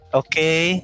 okay